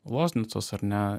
loznicos ar ne